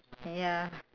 ya